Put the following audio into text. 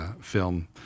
film